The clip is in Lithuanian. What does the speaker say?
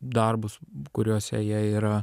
darbus kuriuose jie yra